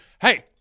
hey